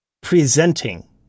presenting